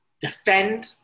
defend